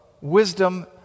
wisdom